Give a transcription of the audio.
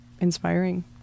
inspiring